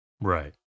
Right